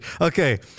Okay